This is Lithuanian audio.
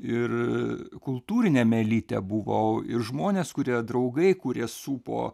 ir kultūriniame elite buvau ir žmonės kurie draugai kurie supo